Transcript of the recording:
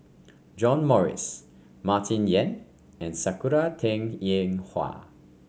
John Morrice Martin Yan and Sakura Teng Ying Hua